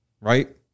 right